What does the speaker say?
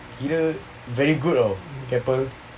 kira very good orh keppel